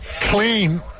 clean